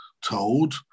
told